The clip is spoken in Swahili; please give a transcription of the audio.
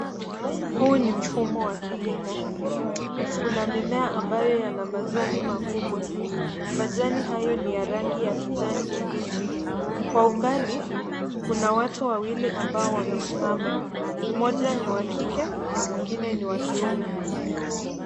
Huu ni mfumo wa kilimo, kuna mimea ambayo yana majani makubwa. Majani hayo ni ya rangi ya kijani kibichi. Kwa umbali, kuna watu wawili ambao wamesimama, mmoja ni wa kike na mwingine ni wa kiume.